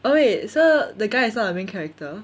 oh wait so the guy is not the main character